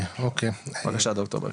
אוקי, בבקשה ד"ר ברקוביץ.